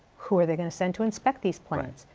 who are they going to send to inspect these plants?